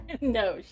No